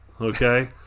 okay